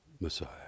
Messiah